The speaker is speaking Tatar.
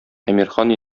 әмирхан